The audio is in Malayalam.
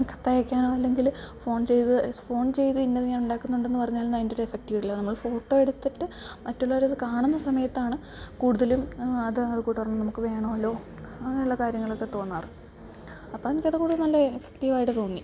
കത്തയക്കാനോ അല്ലെങ്കിൽ ഫോൺ ചെയ്ത് ഫോൺ ചെയ്ത് ഇന്നത് ഞാൻ ഉണ്ടാക്കുന്നുണ്ടെന്നു പറഞ്ഞാലൊന്നും അതിൻറ്റൊരു എഫക്റ്റീവില്ല നമ്മൾ ഫോട്ടോ എടുത്തിട്ട് മറ്റുള്ളവരത് കാണുന്ന സമയത്താണ് കൂടുതലും അത് അത് കൂട്ടുകാർ നമുക്ക് വേണമല്ലോ അങ്ങനെയുള്ള കാര്യങ്ങളൊക്കെ തോന്നാറ് അപ്പം എനിക്കത് കൂടുതലും നല്ല എഫക്റ്റീവായിട്ട് തോന്നി